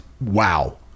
wow